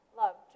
love